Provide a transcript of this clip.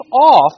off